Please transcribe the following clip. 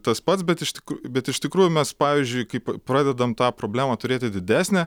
tas pats bet iš tik bet iš tikrųjų mes pavyzdžiui kaip pradedam tą problemą turėti didesnę